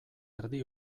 erdi